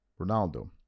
Ronaldo